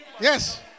Yes